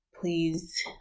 please